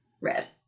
Red